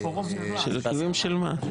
הרכבים של מה?